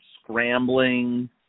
scrambling